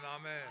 Amen